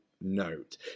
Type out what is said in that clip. note